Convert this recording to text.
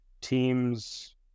teams